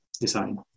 design